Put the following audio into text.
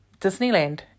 Disneyland